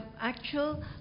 actual